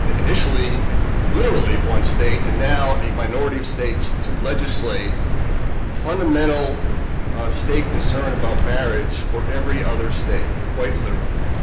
initially literally one state, and now, a minority of states to legislate fundamental state concern about marriage for every other state quite literally.